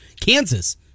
Kansas